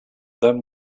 them